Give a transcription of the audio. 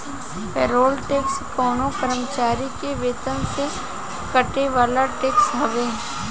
payroll tax कवनो कर्मचारी के वेतन से कटे वाला टैक्स हवे